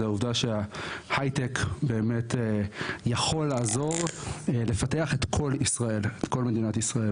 זה העובדה שההייטק באמת יכול לעזור לפתח את כל מדינת ישראל.